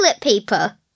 paper